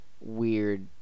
weird